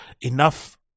enough